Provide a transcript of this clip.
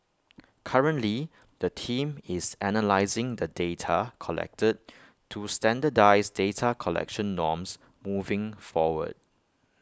currently the team is analysing the data collected to standardise data collection norms moving forward